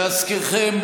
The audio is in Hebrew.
להזכירכם,